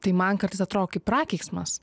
tai man kartais atrodo kaip prakeiksmas